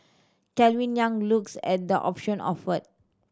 Calvin Yang looks at the option offered